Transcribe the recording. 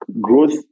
growth